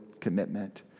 commitment